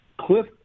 Cliff